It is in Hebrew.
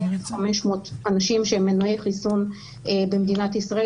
1,500 אנשים שהם מנועי חיסון במדינת ישראל,